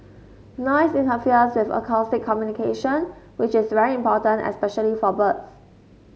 noise interferes of acoustic communication which is very important especially for birds